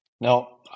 Now